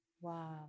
wow